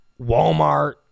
walmart